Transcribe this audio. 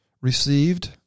received